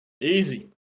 easy